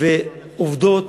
ועובדות